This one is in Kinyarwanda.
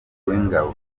w’ingabo